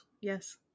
Yes